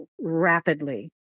rapidly